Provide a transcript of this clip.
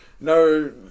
no